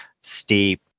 steep